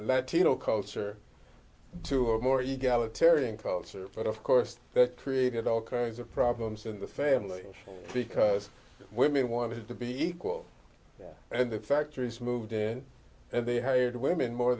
latino culture to a more egalitarian culture but of course that created all kinds of problems in the family because women wanted to be equal and the factories moved in and they hired women more